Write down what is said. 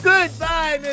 Goodbye